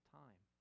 time